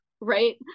right